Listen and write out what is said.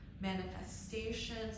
manifestations